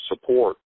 support